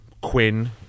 Quinn